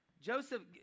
Joseph